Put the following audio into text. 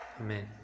Amen